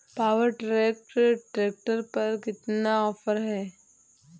Power track tractor पर कितना offer है?